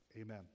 Amen